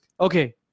Okay